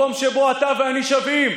מקום שבו אתה ואני שווים.